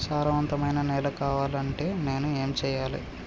సారవంతమైన నేల కావాలంటే నేను ఏం చెయ్యాలే?